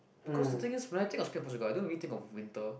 because the thing is when I think of Portugal I don't really think of winter